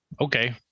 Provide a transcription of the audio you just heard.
okay